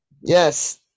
yes